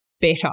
better